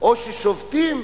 או ששובתים.